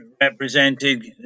represented